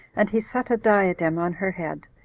and he set a diadem on her head.